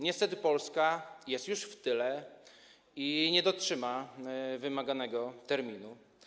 Niestety Polska już jest w tyle i nie dotrzyma wymaganego terminu.